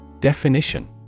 Definition